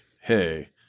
hey –